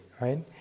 right